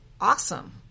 awesome